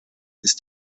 ist